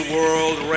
World